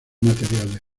materiales